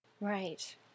Right